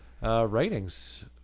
Writings